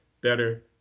better